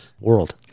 world